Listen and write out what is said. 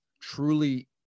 truly